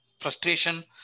frustration